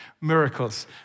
Miracles